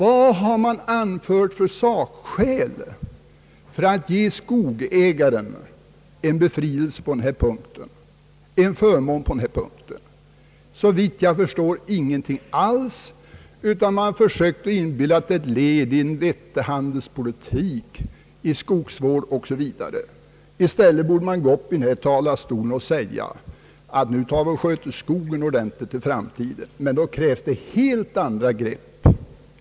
Vad har man anfört för sakskäl för att ge skogsägaren en förmån på denna punkt? Såvitt jag förstår inga alls, utan man har försökt inbilla oss att det är ett led i en vettig handelspolitik, att det gäller skogsvård osv. I stället borde man säga: Nu sköter vi skogen ordentligt i framtiden, men då krävs det helt andra grepp!